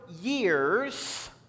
years